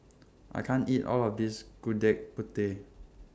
I can't eat All of This Gudeg Putih